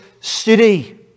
city